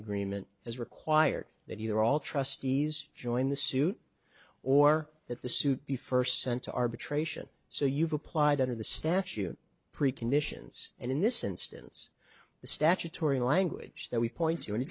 agreement has required that you're all trustees join the suit or that the suit be first sent to arbitration so you've applied under the statute pre conditions and in this instance the statutory language that we point to an